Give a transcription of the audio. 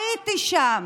הייתי שם,